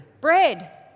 Bread